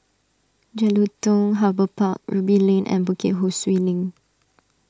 Jelutung Harbour Park Ruby Lane and Bukit Ho Swee Link